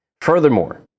Furthermore